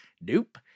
Nope